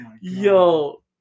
Yo